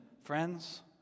friends